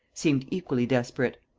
seemed equally desperate.